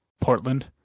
Portland